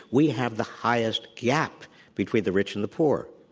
we have the highest gap between the rich and the poor.